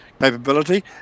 capability